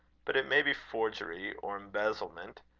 but it may be forgery or embezzlement.